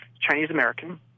Chinese-American